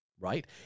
right